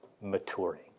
maturing